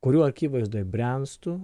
kurių akivaizdoje bręstu